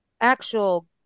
actual